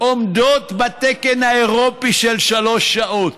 עומדות בתקן האירופי של שלוש שעות,